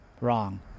Wrong